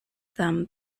them